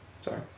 sorry